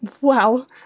wow